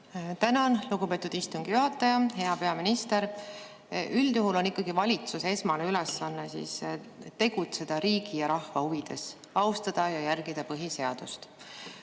Tänan, lugupeetud istungi juhataja! Hea peaminister! Üldjuhul on ikkagi valitsuse esmane ülesanne tegutseda riigi ja rahva huvides, austada ja järgida põhiseadust.